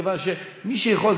כיוון שמי שיכול,